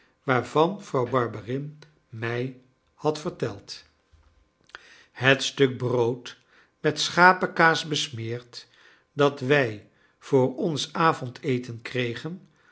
waarvan vrouw barberin mij had verteld het stuk brood met schapekaas besmeerd dat wij voor ons avondeten kregen